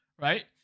right